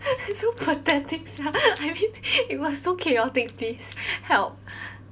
so pathetic sia have you it was so chaotic please help